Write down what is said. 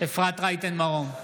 אפרת רייטן מרום,